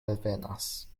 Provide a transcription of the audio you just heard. alvenas